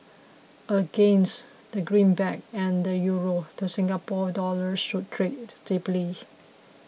against the greenback and the Euro the Singapore Dollar should trade stably